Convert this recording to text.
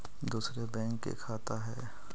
दुसरे बैंक के खाता हैं?